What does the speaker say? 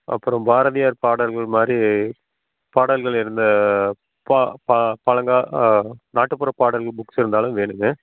அப்புறம் பாரதியார் பாடல்கள் மாதிரி பாடல்கள் இருந்த பா பா பழங்கால நாட்டுப்புற பாடல் புக்ஸ் இருந்தாலும் வேணுங்க